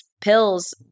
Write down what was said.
pills